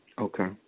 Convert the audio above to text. Okay